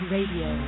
Radio